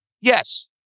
Yes